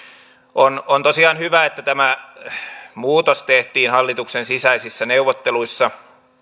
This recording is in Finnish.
on on tosiaan hyvä että tämä muutos tehtiin hallituksen sisäisissä neuvotteluissa